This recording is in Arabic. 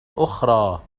أخرى